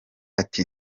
ati